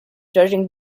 judging